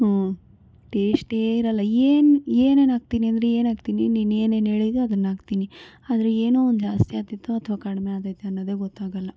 ಹ್ಞೂ ಟೇಸ್ಟೇ ಇರೋಲ್ಲ ಏನು ಏನೇನು ಹಾಕ್ತೀನಿ ಅಂದರೆ ಏನು ಹಾಕ್ತೀನಿ ನೀನು ಏನೇನು ಹೇಳಿದ್ಯೋ ಅದನ್ನ ಹಾಕ್ತೀನಿ ಆದರೆ ಏನೋ ಒಂದು ಜಾಸ್ತಿ ಆಗ್ತೈತೆ ಅಥ್ವಾ ಕಡಿಮೆ ಆಗ್ತೈತೆ ಅನ್ನೋದೇ ಗೊತ್ತಾಗೋಲ್ಲ